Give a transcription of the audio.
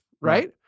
right